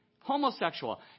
Homosexual